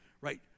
Right